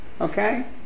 okay